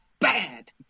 bad